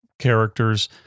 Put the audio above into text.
characters